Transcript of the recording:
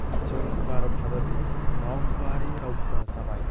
जों भारत हादरनि मावख'वारि रावफोरा जाबाय